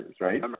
right